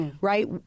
right